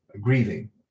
grieving